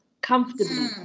comfortably